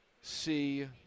see